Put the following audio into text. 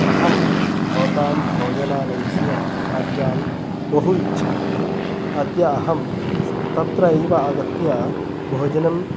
अहं भवतां भोजनालयस्य खाद्यानि बहु इच्छामि अद्य अहं तत्र एव आगत्य भोजनं